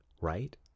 Right